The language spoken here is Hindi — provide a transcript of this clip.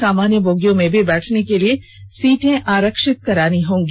सामान्य बोगियो में भी बैठने के लिए सीटें आरक्षित करानी होंगी